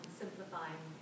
simplifying